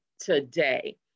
today